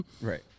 Right